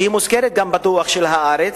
שגם מוזכרת בדוח של "הארץ",